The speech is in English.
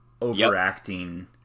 overacting